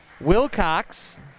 Wilcox